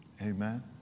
Amen